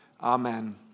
Amen